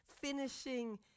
finishing